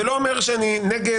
זה לא אומר שאני נגד,